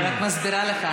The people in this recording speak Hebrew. אני רק מסבירה לך.